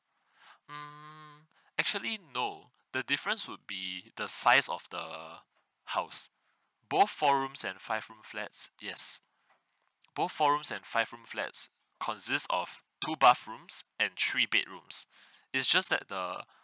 mm actually no the difference would be the size of the house both four rooms and five room flats yes both four rooms and five room flats consist of two bathrooms and three bedrooms it's just that the